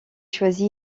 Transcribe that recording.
choisi